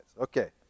okay